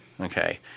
okay